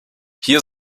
hier